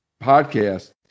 podcast